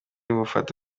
bufate